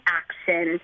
action